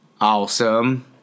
Awesome